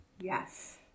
Yes